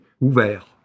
ouvert